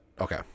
Okay